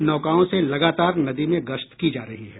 नौकाओं से लगातार नदी में गश्त की जा रही है